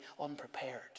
unprepared